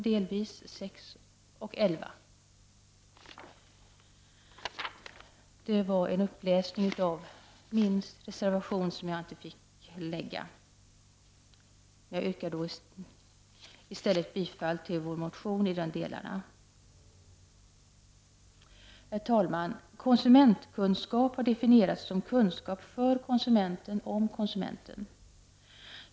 Det var en uppläsning av min reservation, som jag inte fick lägga fram. Jag yrkar i stället bifall till vår motion i de delarna. Herr talman! Konsumentkunskap har definierats som kunskap för konsumenten om konsumenten.